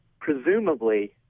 presumably